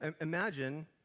imagine